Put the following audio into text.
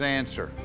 answer